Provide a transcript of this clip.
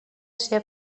ser